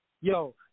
Yo